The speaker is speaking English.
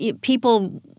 people